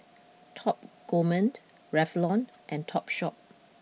Top Gourmet Revlon and Topshop